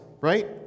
right